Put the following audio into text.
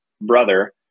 brother